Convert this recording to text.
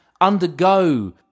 undergo